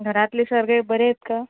घरातले सगळे बरे आहेत का